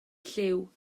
llyw